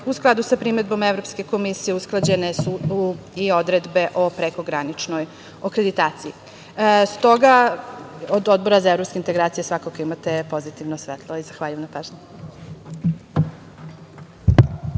U skladu sa primedbom Evropske komisije usklađene su i odredbe o prekograničnoj akreditaciji. Stoga od Odbora za evropske integracije svakako imate pozitivno svetlo. Zahvaljujem.